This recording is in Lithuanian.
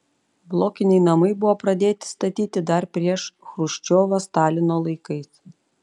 blokiniai namai buvo pradėti statyti dar prieš chruščiovą stalino laikais